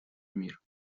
мир